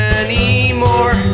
anymore